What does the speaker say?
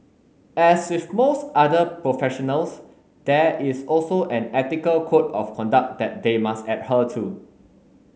as with most other professionals there is also an ethical code of conduct that they must adhere to